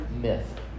myth